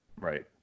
Right